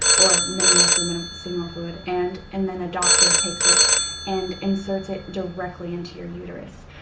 or minimal seminal seminal fluid and and then a doctor takes it and inserts it directly into your uterus.